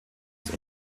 ist